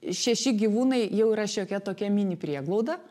šeši gyvūnai jau yra šiokia tokia mini prieglauda